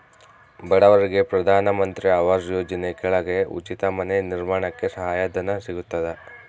ಬಡವರಿಗೆ ಪ್ರಧಾನ ಮಂತ್ರಿ ಆವಾಸ್ ಯೋಜನೆ ಕೆಳಗ ಉಚಿತ ಮನೆ ನಿರ್ಮಾಣಕ್ಕೆ ಸಹಾಯ ಧನ ಸಿಗತದ